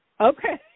Okay